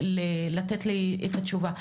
לתת לי את התשובה.